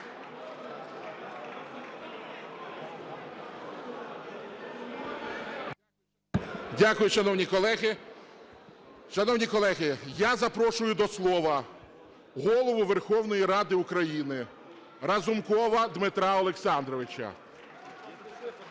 Дякую, шановні колеги. Шановні колеги, я запрошую до слова Голову Верховної Ради України Разумкова Дмитра Олександровича.